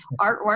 artwork